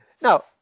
Now